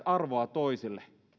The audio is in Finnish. arvoa toisille